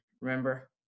remember